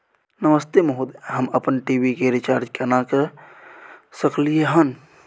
नमस्ते महोदय, हम अपन टी.वी के रिचार्ज केना के सकलियै हन?